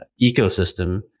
ecosystem